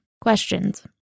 Questions